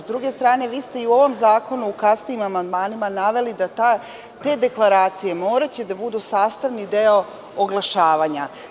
Sa druge strane, vi ste i u ovom zakonu u kasnijim amandmanima naveli da te deklaracije će morati da budu sastavni deo oglašavanja.